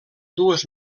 dues